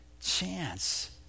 chance